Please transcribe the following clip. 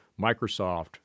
Microsoft